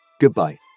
Goodbye